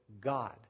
god